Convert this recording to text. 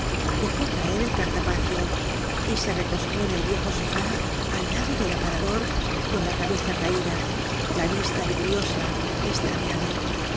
dejó caer el cartapacio y se recostó en el viejo sofá al lado del aparador con la cabeza caida la vista vidriosa estraviado se